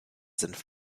senf